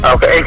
Okay